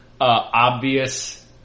obvious